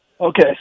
okay